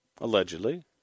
allegedly